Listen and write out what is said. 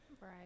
Right